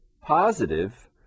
positive